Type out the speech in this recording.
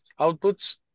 outputs